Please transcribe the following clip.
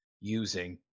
using